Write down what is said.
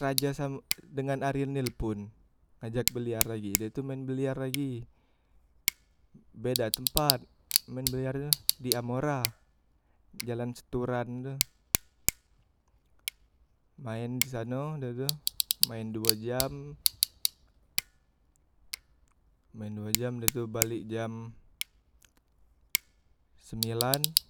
Raja sam dengan aril nelpon ajak biliar lagi, dem tu main biliar lagi, beda tempat main biliar tu di amora jalan seturan tu main disano da tu main duo jam, main duo jam da tu balek jam sembilan